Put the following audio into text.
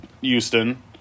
Houston